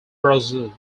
brazil